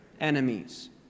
enemies